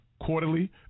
quarterly